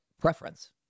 preference